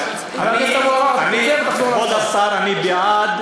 חבר הכנסת אבו עראר, תצא ותחזור להצבעה.